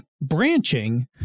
branching